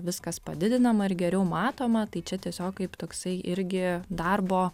viskas padidinama ir geriau matoma tai čia tiesiog kaip toksai irgi darbo